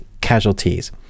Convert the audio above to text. casualties